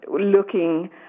looking